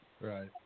Right